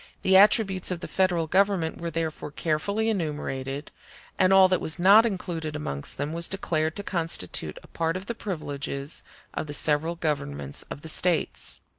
the attributes of the federal government were therefore carefully enumerated and all that was not included amongst them was declared to constitute a part of the privileges of the several governments of the states.